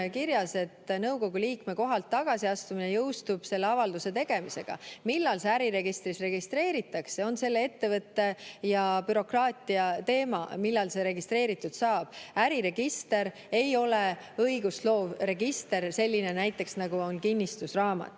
kirjas, et nõukogu liikme kohalt tagasiastumine jõustub selle avalduse tegemisega. Millal see äriregistris registreeritakse, on selle ettevõtte ja bürokraatia teema, millal see registreeritud saab. Äriregister ei ole õigustloov register, näiteks selline, nagu on kinnistusraamat.